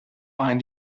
find